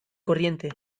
corriente